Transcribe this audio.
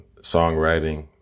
songwriting